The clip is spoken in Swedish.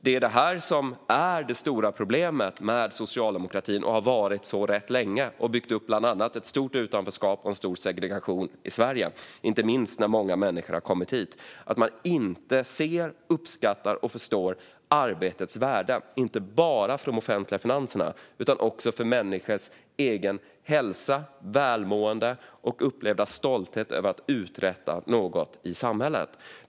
Det som är det stora problemet med socialdemokratin och har varit det rätt länge och som har byggt upp bland annat ett stort utanförskap och en stor segregation i Sverige, inte minst när många människor har kommit hit, är att man inte ser, uppskattar och förstår arbetets värde, inte bara för de offentliga finanserna utan också för människors hälsa, välmående och upplevda stolthet över att uträtta något i samhället.